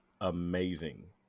amazing